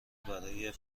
برای